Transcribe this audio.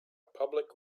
public